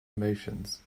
emotions